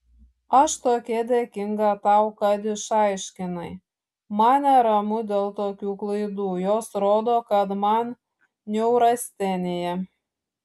aš tokia dėkinga tau kad išaiškinai man neramu dėl tokių klaidų jos rodo kad man neurastenija